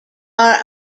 are